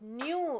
new